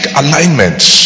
alignments